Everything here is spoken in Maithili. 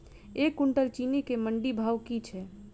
एक कुनटल चीनी केँ मंडी भाउ की छै?